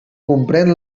comprèn